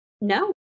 no